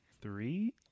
three